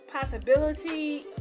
possibility